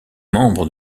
membre